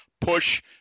push